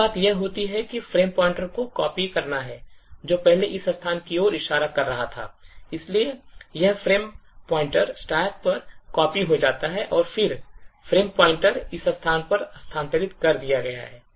पहली बात यह होती है कि फ्रेम पॉइंटर को copy करना है जो पहले इस स्थान की ओर इशारा कर रहा था इसलिए यह फ्रेम पॉइंटर stack पर copy हो जाता है और फिर फ्रेम पॉइंटर इस स्थान पर स्थानांतरित कर दिया गया है